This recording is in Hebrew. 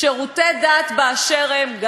שירותי דת באשר הם,